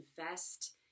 invest